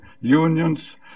unions